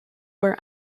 were